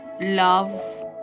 love